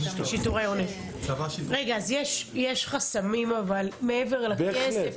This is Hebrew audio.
יש חסמים מעבר לכסף?